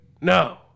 no